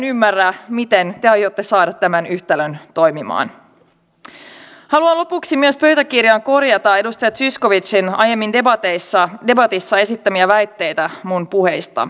on hienoa että täällä salissa on nostettu tänään myös hyvin vaiettu aihe ja se on naisiin kohdistuva väkivalta ja pari ja lähisuhdeväkivalta